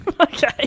Okay